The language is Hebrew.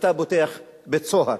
אתה פותח בית-סוהר.